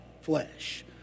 flesh